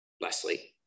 Leslie